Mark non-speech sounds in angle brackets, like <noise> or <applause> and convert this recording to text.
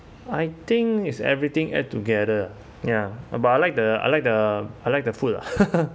I think is everything at together ya uh but I like the I like the I like the food lah <laughs>